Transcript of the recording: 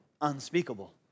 unspeakable